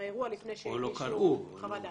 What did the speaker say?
באירוע לפני שהגישו חוות דעת.